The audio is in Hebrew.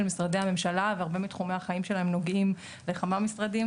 משרדי הממשלה והרבה מתחומי החיים שלהם נוגעים לכמה משרדים.